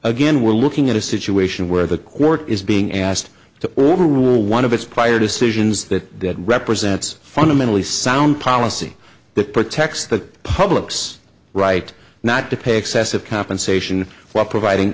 again we're looking at a situation where the court is being asked to order one of its prior decisions that represents fundamentally sound policy that protects the public's right not to pay excessive compensation while providing